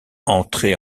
entrées